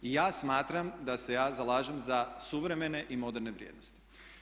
I ja smatram da se ja zalažem za suvremene i moderne vrijednosti.